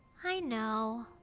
i know.